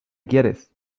quieres